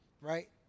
Right